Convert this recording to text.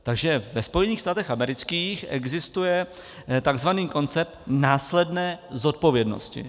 Takže ve Spojených státech amerických existuje takzvaný koncept následné zodpovědnosti.